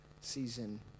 season